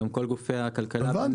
גם כל גופי הכלכלה חושבים כך.